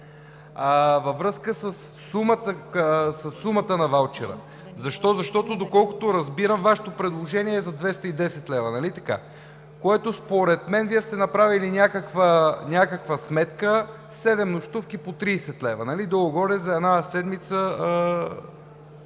във връзка със сумата на ваучера. Защо?! Защото, доколкото разбирам, Вашето предложение е за 210 лв., нали така? Според мен Вие сте направили някаква сметка: седем нощувки по 30 лв. – долу-горе за една седмица